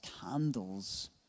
candles